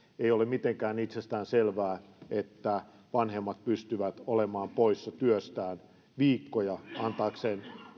ei ole mitenkään itsestäänselvää että vanhemmat pystyvät olemaan poissa työstään viikkoja antaakseen